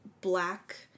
black